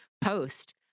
post